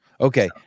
okay